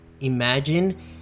imagine